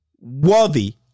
worthy